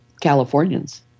Californians